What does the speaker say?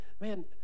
Man